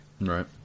Right